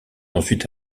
ensuite